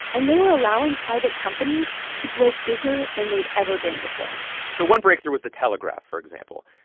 and they were allowing private companies to grow bigger than they'd ever been before so one breakthrough was the telegraph, for example.